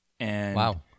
Wow